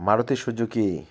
Maruti Suzuki